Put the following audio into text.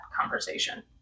conversation